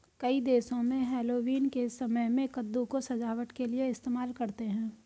कई देशों में हैलोवीन के समय में कद्दू को सजावट के लिए इस्तेमाल करते हैं